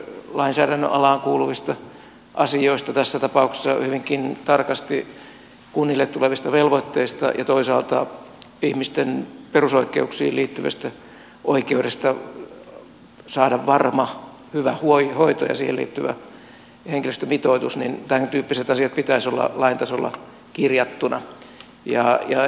silloin jos on kysymys lainsäädännön alaan kuuluvista asioista tässä tapauksessa hyvinkin tarkasti kunnille tulevista velvoitteista ja toisaalta ihmisten perusoikeuksiin liittyvästä oikeudesta saada varma hyvä hoito ja siihen liittyvä henkilöstömitoitus tämäntyyppisten asioiden pitäisi olla lain tasolla kirjattuina